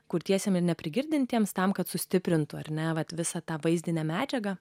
kurtiesiems ir neprigirdintiems tam kad sustiprintų ar net visą tą vaizdinę medžiagą